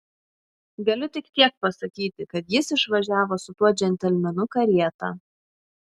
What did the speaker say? galiu tik tiek pasakyti kad jis išvažiavo su tuo džentelmenu karieta